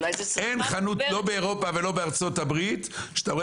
אין חנות לא באירופה ולא בארצות הברית שאתה רואה